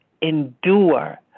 endure